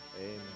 Amen